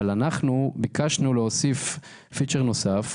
אנחנו ביקשנו להוסיף Feature נוסף,